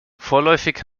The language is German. vorläufig